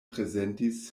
prezentis